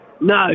No